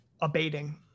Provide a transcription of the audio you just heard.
abating